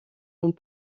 ont